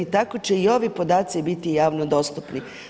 Tako će i ovi podaci biti javno dostupni.